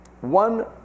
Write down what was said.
One